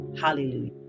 Hallelujah